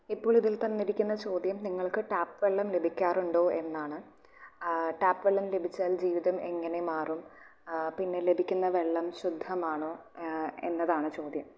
ഇപ്പോൾ ഇതിൽ തന്നിരിക്കുന്ന ചോദ്യം നിങ്ങൾക്ക് ടാപ് വെള്ളം ലഭിക്കാറുണ്ടോ എന്നാണ് ടാപ് വെള്ളം ലഭിച്ചാൽ ജീവിതം എങ്ങനെ മാറും പിന്നെ ലഭിക്കുന്ന വെള്ളം ശുദ്ധമാണോ എന്നതാണ് ചോദ്യം